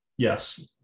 Yes